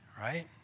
right